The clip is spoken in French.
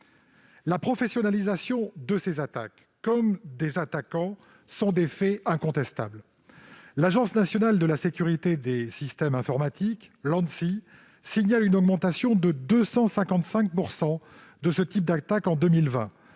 La professionnalisation de ces attaques comme des attaquants est un fait incontestable. L'Agence nationale de la sécurité des systèmes d'information (Anssi) signale une augmentation de 255 % de ce type d'attaque en 2020.